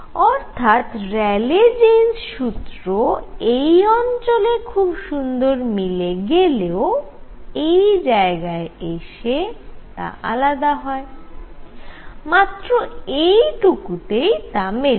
অর্থাৎ Rayleigh Jeans সূত্র এই অঞ্চলে খুব সুন্দর মিলে গেলেও এই জায়গায় এসে তা আলাদা হয় মাত্র এই টুকুতেই তা মেলে